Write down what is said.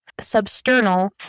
substernal